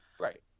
Right